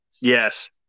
Yes